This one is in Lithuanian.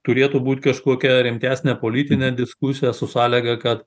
turėtų būt kažkokia rimtesnė politinė diskusija su sąlyga kad